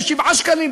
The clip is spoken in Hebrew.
ב-7 שקלים,